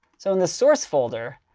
so in the source folder,